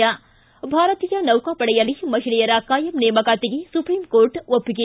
್ಷಿ ಭಾರತೀಯ ನೌಕಾಪಡೆಯಲ್ಲಿ ಮಹಿಳೆಯರ ಕಾಯಂ ನೇಮಕಾತಿಗೆ ಸುಪ್ರೀಂಕೋರ್ಟ್ ಒಪ್ಪಿಗೆ